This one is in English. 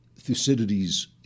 Thucydides